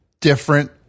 different